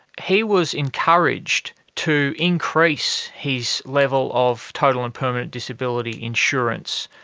he was encouraged to increase his level of total and permanent disability insurance.